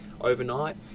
overnight